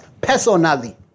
personally